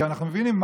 כי אנחנו מבינים,